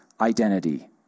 identity